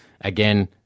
again